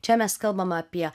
čia mes kalbame apie